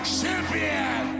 champion